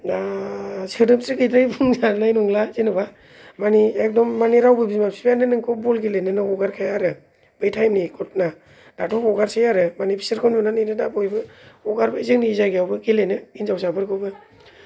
दा सोदोमस्रिखौथ' बुंजानाय नंला जेन'बा मानि एकदम रावबो बिमा बिफायानो नोंखौ बल गेलेनो हगारखाया आरो बे थाएम नि गथना दाथ' हगारसै आरो मानि बिसोरखौ नुनानै नो दा बयबो हगारबाय जोंनि जायगायावबो गेलेनो हिनजावसा फोरखौ बो